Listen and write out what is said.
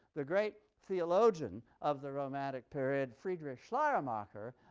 the great theologian of the romantic period, friedrich schleiermacher,